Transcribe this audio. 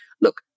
look